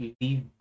leave